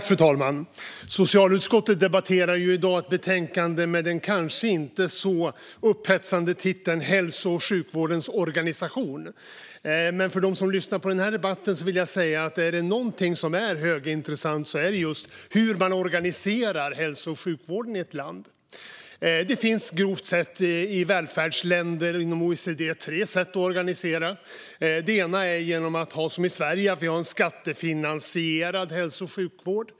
Fru talman! Socialutskottet debatterar i dag ett betänkande med den kanske inte så upphetsande titeln Hälso och sjukvårdens organisation m.m. Men för dem som lyssnar på denna debatt vill jag säga att om det är någonting som är högintressant är det just hur man organiserar hälso och sjukvården i ett land. Det finns grovt sett i välfärdsländer inom OECD tre sätt att organisera. Det första är att, som i Sverige, ha en skattefinansierad hälso och sjukvård.